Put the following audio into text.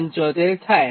75 થાય